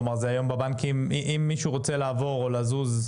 כלומר אם מישהו רוצה לעבור או לזוז?